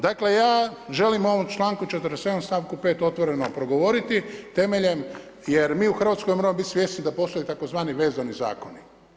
Dakle ja želim u ovom članku 47. stavku 5. otvoreno progovoriti jer mi u Hrvatskoj moramo biti svjesni da postoji tzv. vezani zakoni.